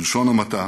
בלשון המעטה,